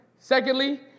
Secondly